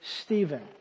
Stephen